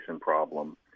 problem